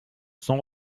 son